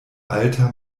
alta